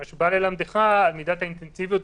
מה שבא ללמדך על מידת האינטנסיביות.